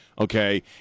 Okay